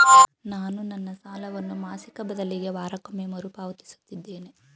ನಾನು ನನ್ನ ಸಾಲವನ್ನು ಮಾಸಿಕ ಬದಲಿಗೆ ವಾರಕ್ಕೊಮ್ಮೆ ಮರುಪಾವತಿಸುತ್ತಿದ್ದೇನೆ